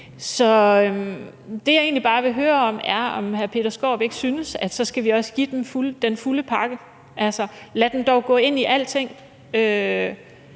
Så det, jeg egentlig bare vil høre om, er, om hr. Peter Skaarup ikke synes, at vi så også skal give dem den fulde pakke. Altså, lad dem dog gå ind i alting;